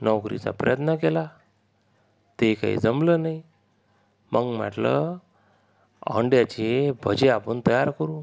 नोकरीचा प्रयत्न केला ते काही जमलं नाही मग म्हटलं अंड्याचे भजे आपण तयार करू